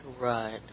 Right